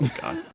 God